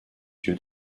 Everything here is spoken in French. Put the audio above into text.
yeux